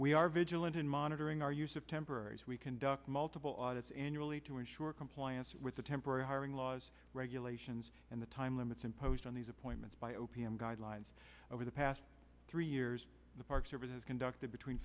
we are vigilant in monitoring our use of temporaries we conduct multiple audits annually to ensure compliance with the temporary hiring laws regulations and the time limits imposed on these appointments by o p m guidelines over the past three years the park service has conducted between